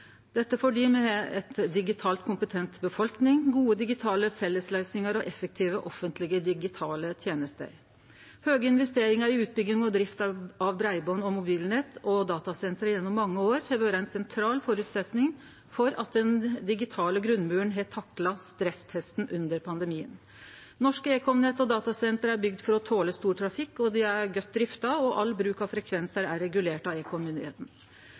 dette fordi vi har ei digitalt kompetent befolkning, gode digitale fellesløysingar og effektive offentlege digitale tenester. Høge investeringar i utbygging og drift av breiband, mobilnett og datasenter gjennom mange år har vore ein sentral føresetnad for at den digitale grunnmuren har takla stresstesten under pandemien. Norske ekomnett og datasenter er bygde for å tole stor trafikk, dei er godt drifta, og all bruk av frekvensar er regulert av ekommyndigheitene. Breibandstilbodet i